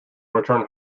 return